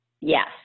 Yes